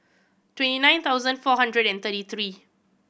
twenty nine thousand four hundred and thirty three